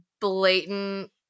blatant